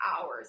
hours